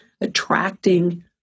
attracting